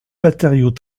matériaux